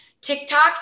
TikTok